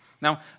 Now